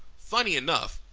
funny enough,